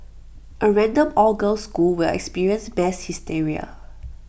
A random all girls school will experience mass hysteria